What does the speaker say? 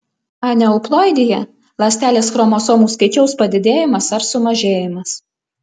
aneuploidija ląstelės chromosomų skaičiaus padidėjimas ar sumažėjimas